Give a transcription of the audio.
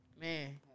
Man